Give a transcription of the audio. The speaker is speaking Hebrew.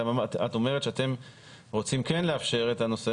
את אומרת שאתם רוצים כן לאפשר את הנושא